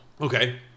Okay